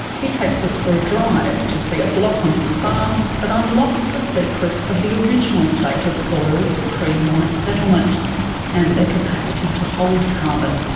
he takes us for a drive to see a block on his farm that unlocks the secrets of the original state of soils pre white settlement and their capacity to hold carbon.